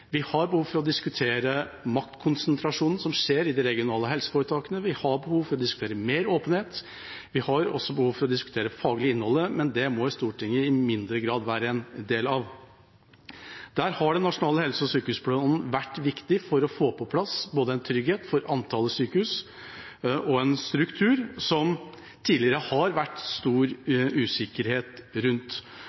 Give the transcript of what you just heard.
Vi har behov for å diskutere maktkonsentrasjonen som skjer i de regionale helseforetakene. Vi har behov for å diskutere mer åpenhet. Vi har også behov for å diskutere det faglige innholdet, men det må Stortinget i mindre grad være en del av. Den nasjonale helse- og sykehusplanen har vært viktig for å få på plass både en trygghet for antallet sykehus og en struktur, som det tidligere har vært stor usikkerhet rundt.